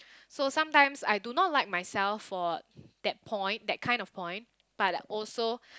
so sometimes I do not like myself for that point that kind of point but also